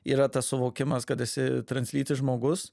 yra tas suvokimas kad esi translytis žmogus